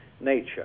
nature